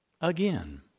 Again